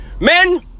Men